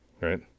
Right